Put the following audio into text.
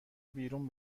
بیرون